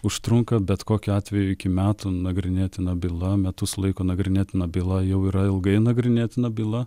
užtrunka bet kokiu atveju iki metų nagrinėtina byla metus laiko nagrinėt byla jau yra ilgai nagrinėt byla